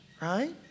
right